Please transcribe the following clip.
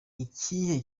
ikihe